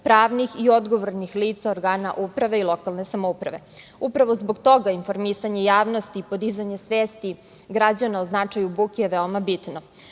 pravnih i odgovornih lica organa uprave i lokalne samouprave. Upravo zbog toga, informisanje javnosti i podizanje svesti građana o značaju buke je veoma bitno. Kao